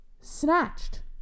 snatched